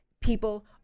people